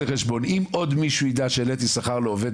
חשבון כי אם עוד מישהו יידע שהעליתי שכר לעובד